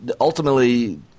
ultimately